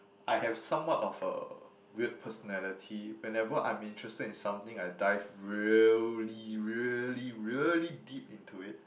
I have somewhat of a weird personality whenever I'm interested in something I dive really really really deep into it